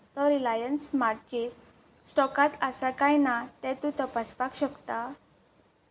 तो रिलायन्स स्मार्टचेर स्टॉकांत आसा काय ना तें तूं तपासपाक शकता